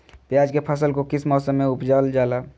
प्याज के फसल को किस मौसम में उपजल जाला?